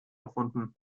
erfunden